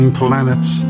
planets